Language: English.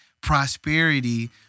prosperity